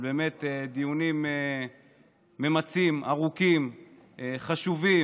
באמת על דיונים ממצים, ארוכים וחשובים,